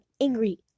angry